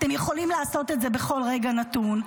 אתם יכולים לעשות את זה בכל רגע נתון.